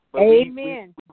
Amen